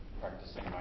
practicing